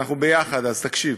אנחנו ביחד, אז תקשיב.